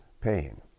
pain